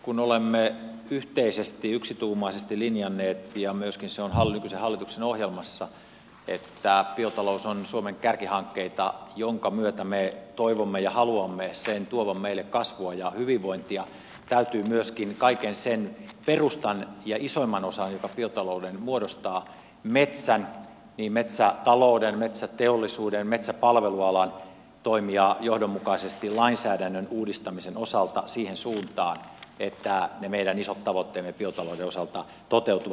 kun olemme yhteisesti yksituumaisesti linjanneet ja myöskin se on nykyisen hallituksen ohjelmassa että biotalous on suomen kärkihankkeita minkä myötä me toivomme ja haluamme sen tuovan meille kasvua ja hyvinvointia täytyy myöskin kaiken sen perustan ja isoimman osan joka biotalouden muodostaa metsän niin metsätalouden metsäteollisuuden kuin metsäpalvelualan toimia johdonmukaisesti lainsäädännön uudistamisen osalta siihen suuntaan että ne meidän isot tavoitteemme biotalouden osalta toteutuvat